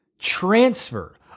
transfer